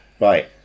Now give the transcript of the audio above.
Right